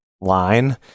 line